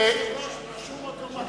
אדוני היושב-ראש, הוא רשום אוטומטית.